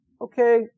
Okay